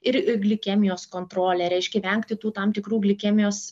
ir glikemijos kontrolė reiškia vengti tų tam tikrų glikemijos